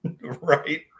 right